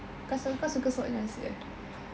kau selalu kau suka SWOT analysis eh